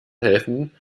helfen